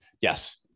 yes